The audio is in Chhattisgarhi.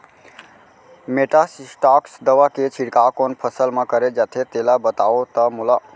मेटासिस्टाक्स दवा के छिड़काव कोन फसल म करे जाथे तेला बताओ त मोला?